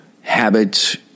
habits